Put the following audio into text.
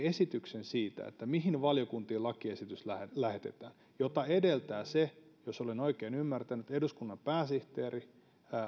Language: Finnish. esityksen siitä mihin valiokuntiin lakiesitys lähetetään mitä edeltää se jos olen oikein ymmärtänyt että eduskunnan pääsihteeri